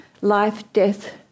life-death